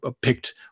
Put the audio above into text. picked